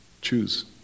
Choose